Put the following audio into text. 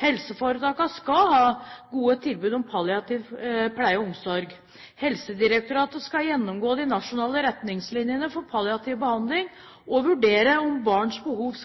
Helseforetakene skal ha gode tilbud om palliativ pleie og omsorg. Helsedirektoratet skal gjennomgå de nasjonale retningslinjene for palliativ behandling og vurdere om barns behov